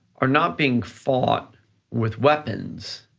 are not being fought with weapons,